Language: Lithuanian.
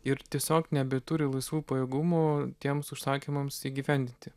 ir tiesiog nebeturi laisvų pajėgumų tiems užsakymams įgyvendinti